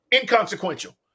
inconsequential